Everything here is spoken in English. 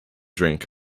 drink